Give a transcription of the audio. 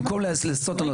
במקום לסטות מהנושא,